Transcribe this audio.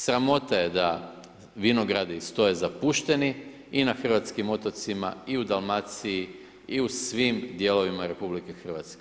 Sramota je da vinogradi stoje zapušteni i na hrvatskim otocima i u Dalmaciji i u svim dijelovima RH.